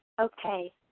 Okay